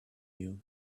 you